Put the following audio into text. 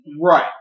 Right